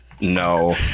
No